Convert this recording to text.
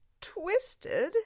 twisted